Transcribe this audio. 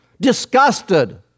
disgusted